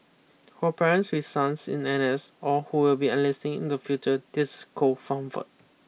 for parents with sons in N S or who will be enlisting in the future this call